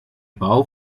bau